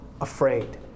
afraid